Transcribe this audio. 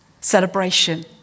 celebration